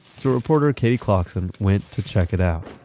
so reporter katie klocksin went to check it out.